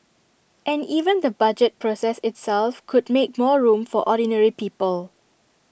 and even the budget process itself could make more room for ordinary people